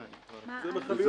ב-א'